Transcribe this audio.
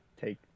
take